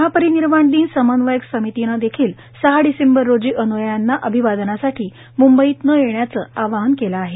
महापरिनिर्वाण दिन समन्वय समितीनेही सहा डिसेंबर रोजी अन्यायांना अभिवादनासाठी मुंबईत न येण्याचे आवाहन केले आहे